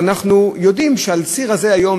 ואנחנו יודעים שעל הציר הזה היום,